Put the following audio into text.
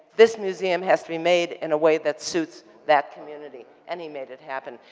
this museum has to be made in a way that suits that community. and he made it happen.